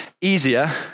easier